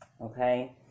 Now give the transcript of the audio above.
Okay